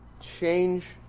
change